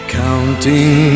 counting